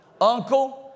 Uncle